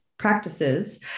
Practices